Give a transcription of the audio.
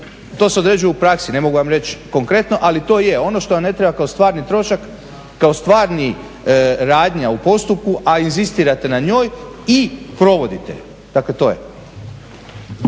to se određuje u praksi, ne mogu vam reći konkretno, ali to je, ono što vam ne treba kao stvarni trošak, kao stvarni radnja u postupku, a inzistirate na njoj i provodite je, dakle to